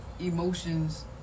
emotions